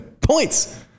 Points